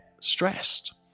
stressed